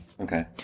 Okay